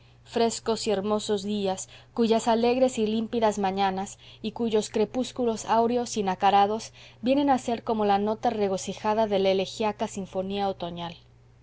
frescos y hermosos días cuyas alegres y límpidas mañanas y cuyos crepúsculos áureos y nacarados vienen a ser como la nota regocijada de la elegiaca sinfonía otoñal